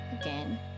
again